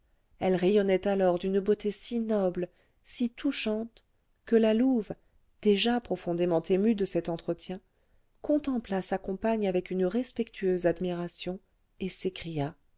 elle rayonnait alors d'une beauté si noble si touchante que la louve déjà profondément émue de cet entretien contempla sa compagne avec une respectueuse admiration et s'écria